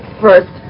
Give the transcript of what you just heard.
first